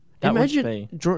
Imagine